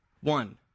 one